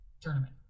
tournament